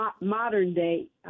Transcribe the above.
modern-day